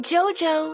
Jojo